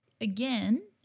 Again